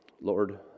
Lord